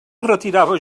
retirava